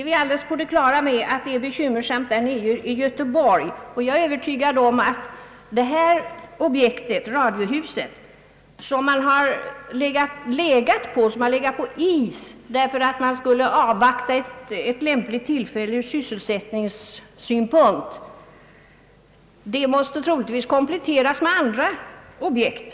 Vi är ju på det klara med att lä get är bekymmersamt i Göteborg, och jag är övertygad om att det här objektet, radiohuset, som har legat på is, därför att man skulle avvakta ett lämpligt tillfälle ur sysselsättningssynpunkt, troligtvis måste kompletteras med andra objekt.